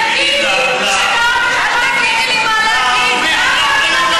תגידי, אל תגידי לי מה להגיד.